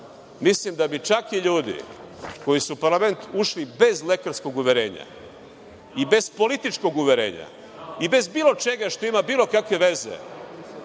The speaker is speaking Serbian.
mislim da bi čak i ljudi koji su u parlament ušli bez lekarskog uverenja i bez političkog uverenja i bez bilo čega što ima bilo kakve veze,